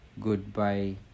goodbye